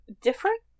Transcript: different